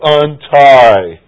untie